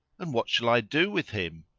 and what shall i do with him?